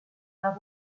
una